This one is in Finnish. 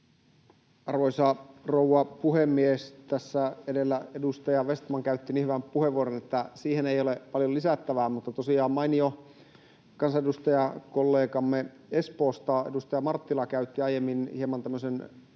Arvoisa rouva puhemies! Tässä edellä edustaja Vestman käytti niin hyvän puheenvuoron, että siihen ei ole paljon lisättävää. Mutta tosiaan edustaja Marttila, mainio kansanedustajakollegamme Espoosta, käytti aiemmin hieman tämmöisen